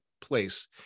place